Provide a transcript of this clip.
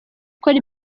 ukora